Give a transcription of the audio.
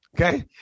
Okay